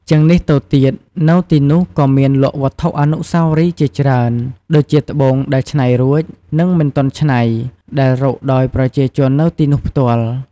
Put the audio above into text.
ជាងនេះទៅទៀត នៅទីនោះក៏មានលក់វត្ថុអនុស្សាវរីយ៍ជាច្រើន ដូចជាត្បូងដែលឆ្នៃរួច និងមិនទាន់ឆ្នៃ ដែលរកដោយប្រជាជននៅទីនោះផ្ទាល់ ។